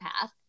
path